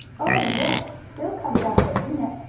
oh, yes, he'll come down for a peanut,